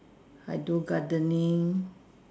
I do gardening